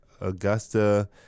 Augusta